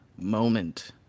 moment